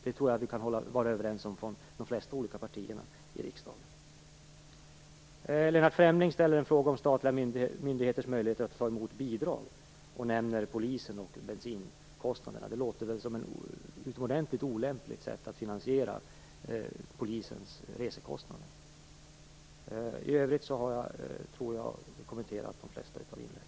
Det tror jag att vi kan vara överens om från de flesta olika partier i riksdagen. Lennart Fremling ställde en fråga om statliga myndigheters möjligheter att ta emot bidrag och nämner polisen och bensinkostnaderna. Det låter som ett utomordentligt olämpligt sätt att finansiera polisens resekostnader. I övrigt tror jag att jag har kommenterat de flesta av inläggen.